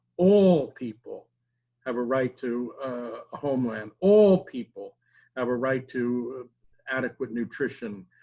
all people have a right to a homeland. all people have a right to adequate nutrition.